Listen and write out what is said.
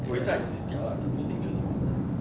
buay sai wushi jialat ah 不行就是完 ah